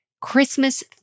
Christmas